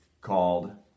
called